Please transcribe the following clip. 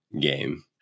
game